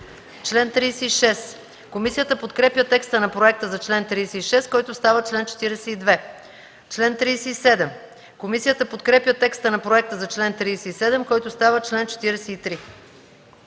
седма. Комисията подкрепя текста на проекта за чл. 36, който става чл. 42. Комисията подкрепя текста на проекта за чл. 37, който става чл. 43.